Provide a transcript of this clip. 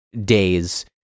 days